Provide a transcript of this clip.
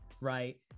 Right